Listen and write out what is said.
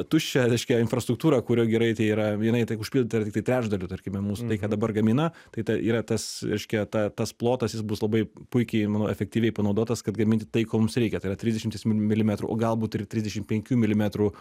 tuščią reiškia infrastruktūrą kur giraitėj yra jinai tik užpildyta tiktai trečdaliu tarkime mūsų tai ką dabar gamina tai ta yra tas reiškia ta tas plotas jis bus labai puikiai manau efektyviai panaudotas kad gaminti tai ko mums reikia tai yra trisdešimties milimetrų o galbūt ir trisdešim penkių milimetrų